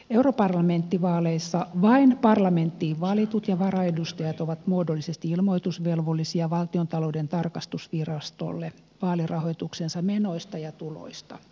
europarlamenttivaaleissa vain parlamenttiin valitut ja varaedustajat ovat muodollisesti ilmoitusvelvollisia valtiontalouden tarkastusvirastolle vaalirahoituksensa menoista ja tuloista